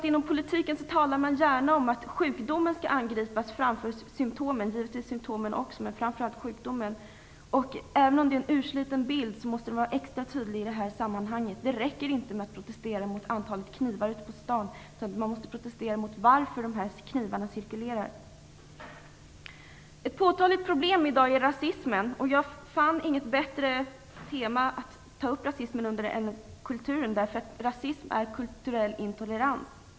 Inom politiken talar man gärna om att sjukdomen skall angripas framför symtomen, även om man givetvis vänder sig mot symtomen också, men framför allt mot sjukdomen. Även om det är en sliten bild måste man vara extra tydlig i de här sammanhangen. Det räcker inte med att protestera mot antalet knivar ute på stan, utan man måste protestera mot orsaken till att dessa knivar cirkulerar. Ett påtagligt problem i dag är rasismen. Jag fann inget bättre tema att ta upp rasismen under än kulturen. Rasism är kulturell intolerans.